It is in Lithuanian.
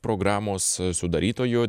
programos sudarytoju